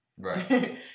Right